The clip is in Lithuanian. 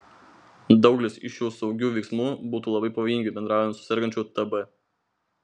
daugelis iš šių saugių veiksmų būtų labai pavojingi bendraujant su sergančiu tb